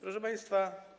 Proszę Państwa!